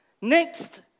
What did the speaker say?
Next